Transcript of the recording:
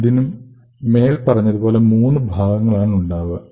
ഇതിനും മേല്പറഞ്ഞതുപോലെ മൂന്നു ഭാഗങ്ങൾ ആണ് ഉണ്ടാവുക